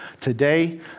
today